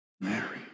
Mary